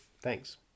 Thanks